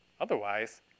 Otherwise